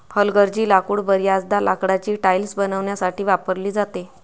हलगर्जी लाकूड बर्याचदा लाकडाची टाइल्स बनवण्यासाठी वापरली जाते